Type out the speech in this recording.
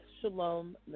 Shalom